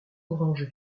orange